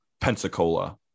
Pensacola